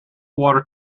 water